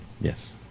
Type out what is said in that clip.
Yes